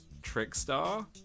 Trickstar